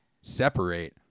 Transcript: separate